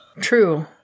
True